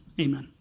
amen